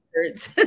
words